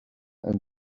and